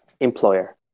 employer